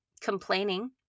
complaining